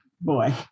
boy